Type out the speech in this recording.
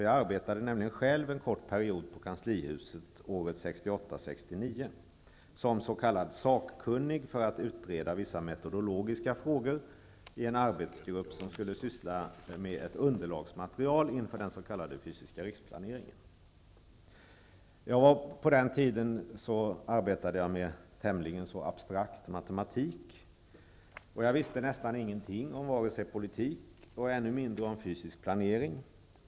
Jag arbetade nämligen själv en kort period i Kanslihuset åren 1968--1969 som s.k. sakkunnig för att utreda vissa metodologiska frågor i en arbetsgrupp som skulle syssla med ett underlagsmaterial inför den fysiska riksplaneringen. På den tiden arbetade jag med tämligen abstrakt matematik. Jag visste ingenting om vare sig politik eller, än mindre, om fysisk planering.